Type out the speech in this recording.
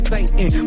Satan